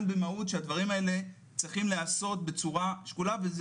במהות שהדברים האלה צריכים להיעשות בצורה שקולה וזה